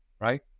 right